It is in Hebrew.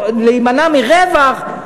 להימנע מרווח,